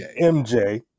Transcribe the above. MJ